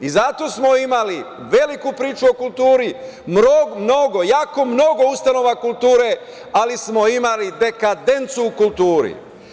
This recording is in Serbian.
Zato smo imali veliku priču o kulturi, mnogo, mnogo, jako mnogo ustanova kulture, ali smo imali dekadencu u kulturi.